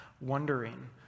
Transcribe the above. Wondering